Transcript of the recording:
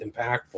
impactful